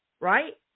right